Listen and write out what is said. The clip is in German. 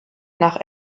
nach